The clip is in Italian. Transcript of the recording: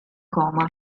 coma